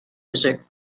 visit